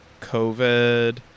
COVID